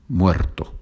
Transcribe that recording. muerto